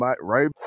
right